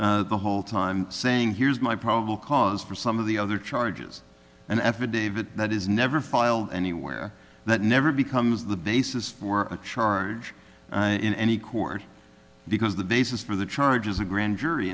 the whole time saying here's my problem because for some of the other charges an affidavit that is never filed anywhere that never becomes the basis for a charge in any court because the basis for the charges a grand jury